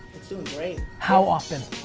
it's doing great. how often?